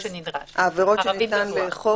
העבירות שניתן לאכוף.